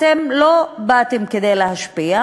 אתם לא באתם כדי להשפיע,